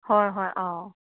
ꯍꯣꯏ ꯍꯣꯏ ꯑꯧ